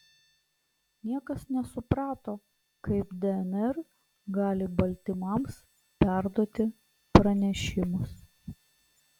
niekas nesuprato kaip dnr gali baltymams perduoti pranešimus